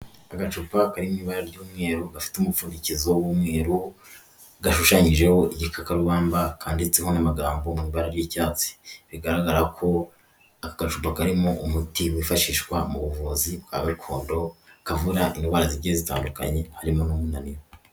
Agacupa kari mu ibara ry'umweru gafite umupfundikizo w'umweru, gashushanyijeho igikakarubamba kanditseho n'amagambo mu ibara ry'icyatsi, bigaragara ko aka gacupa karimo umuti wifashishwa mu buvuzi bwa gakondo kavura indwara zigiye zitandukanye harimo n'umunaniro.